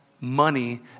money